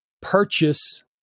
purchase